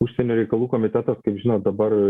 užsienio reikalų komitetas kaip žinot dabar